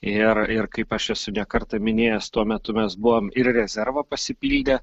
ir ir kaip aš esu ne kartą minėjęs tuo metu mes buvom ir rezervą pasipildę